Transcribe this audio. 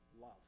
love